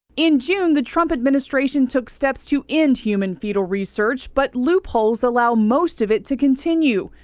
into and the trump administration took steps to end human fetal research but loopholes allow most of it to continue.